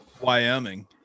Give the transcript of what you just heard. Wyoming